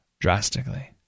drastically